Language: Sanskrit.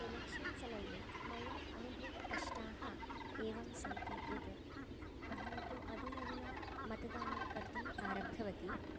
एलेक्शन् समये मया अनुभूतकष्टाः एवं सन्ति यत् अहन्तु अधुनाधुना मतदानं कर्तुम् आरब्धवती